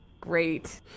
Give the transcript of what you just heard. Great